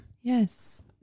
Yes